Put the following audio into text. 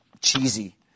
cheesy